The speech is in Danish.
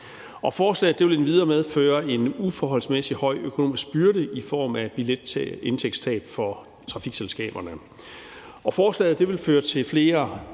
Forslaget vil endvidere medføre en uforholdsmæssigt høj økonomisk byrde i form af billetindtægtstab for trafikselskaberne, og forslaget vil føre til flere